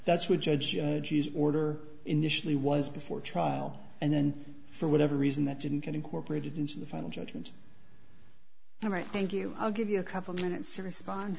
that's what judge order initially was before trial and then for whatever reason that didn't get incorporated into the final judgment all right thank you i'll give you a couple minutes to respond